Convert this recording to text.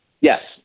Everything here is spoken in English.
Yes